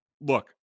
look